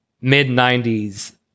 mid-90s